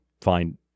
find